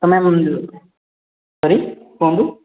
ତ ma'am sorry କୁହନ୍ତୁ